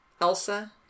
Elsa